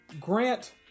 Grant